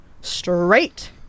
straight